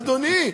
אדוני,